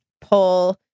pull